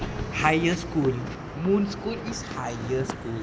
higher school moon's school is higher school